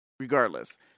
Regardless